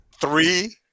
three